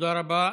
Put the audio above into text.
תודה רבה.